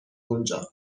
اونجا